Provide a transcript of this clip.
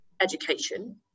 education